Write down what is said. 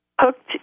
hooked